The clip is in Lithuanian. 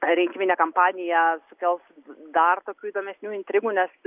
rinkiminę kampaniją sukels dar tokių įdomesnių intrigų nes